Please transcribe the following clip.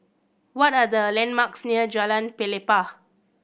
what are the landmarks near Jalan Pelepah